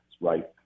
right